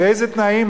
לפי איזה תנאים,